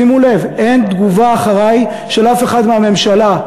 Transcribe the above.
שימו לב, אין תגובה אחרי של אף אחד מהממשלה.